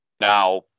Now